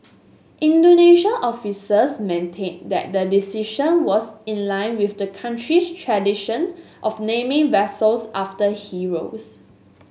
Indonesian officials maintained that the decision was in line with the country's tradition of naming vessels after heroes